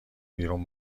بیرون